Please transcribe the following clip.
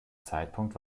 zeitpunkt